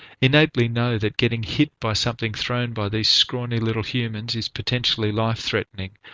innately know that getting hit by something thrown by these scrawny little humans is potentially life-threatening,